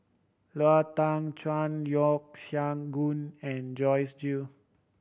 Lau Teng Chuan Yeo Siak Goon and Joyce Jue